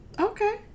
okay